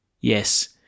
Yes